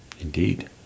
Indeed